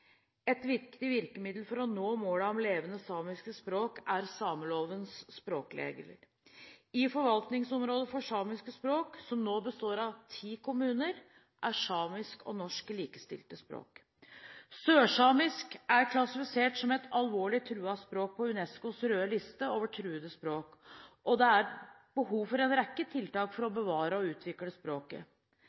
Et viktig virkemiddel for å nå målene om levende samiske språk er samelovens språkregler. I forvaltningsområdet for samiske språk, som nå består av ti kommuner, er samisk og norsk likestilte språk. Sørsamisk er klassifisert som et alvorlig truet språk på UNESCOs røde liste over truede språk, og det er behov for en rekke tiltak for å bevare og utvikle språket.